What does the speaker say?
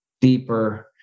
deeper